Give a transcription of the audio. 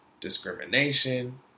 discrimination